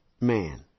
man